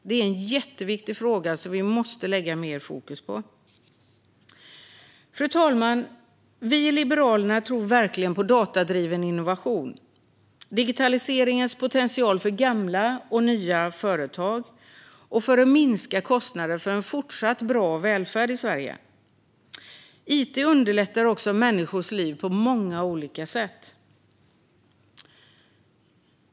Detta är en jätteviktig fråga som vi måste lägga mer fokus på. Fru talman! Vi i Liberalerna tror verkligen på datadriven innovation och på digitaliseringens potential för gamla och nya företag och för att minska kostnaderna för en fortsatt bra välfärd i Sverige. It underlättar människors liv på många olika sätt.